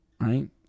right